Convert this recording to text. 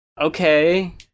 Okay